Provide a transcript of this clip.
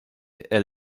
est